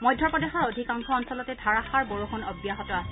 মধ্যপ্ৰদেশৰ অধিকাংশ অঞ্চলতে ধাৰাসাৰ বৰযুণ অব্যাহত আছে